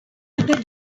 other